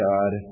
God